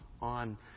on